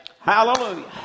Hallelujah